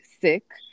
sick